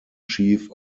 chief